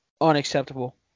unacceptable